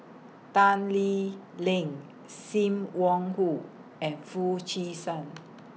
Tan Lee Leng SIM Wong Hoo and Foo Chee San